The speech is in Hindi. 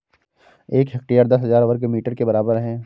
एक हेक्टेयर दस हजार वर्ग मीटर के बराबर है